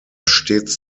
stets